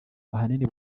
ahanini